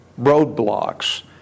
roadblocks